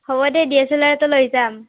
হ'ব দে D S L আৰটো লৈ যাম